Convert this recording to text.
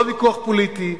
לא ויכוח פוליטי,